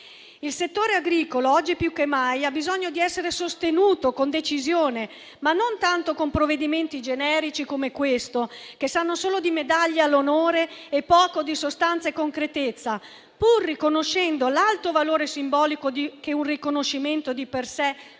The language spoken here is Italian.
Il settore agricolo, oggi più che mai, ha bisogno di essere sostenuto con decisione, ma non con provvedimenti generici come questo, che sanno solo di medaglia all'onore e poco di sostanza e concretezza, pur riconoscendo l'alto valore simbolico che tale riconoscimento ha, di per sé, per